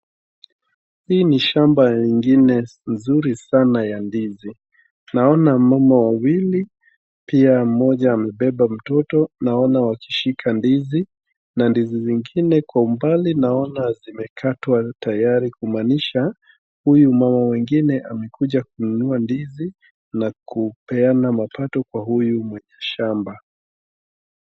Hii ni shamba ingine nzuri sana ya ndizi. Naona mama wawili, pia mmoja amebeba mtoto, naona wakishika ndizi, na ndizi zingine kwa umbali naona zimekatwa tayari kumaanisha huyu mama mwingine amekuja kununua ndizi na kupeana mapato kwa huyu mwenye shamba.